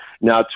Now